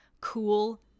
cool